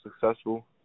successful